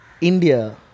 India